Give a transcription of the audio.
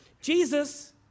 Jesus